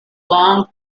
long